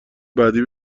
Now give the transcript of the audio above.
بعدی